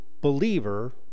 believer